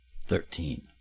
Thirteen